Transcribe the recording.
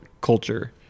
culture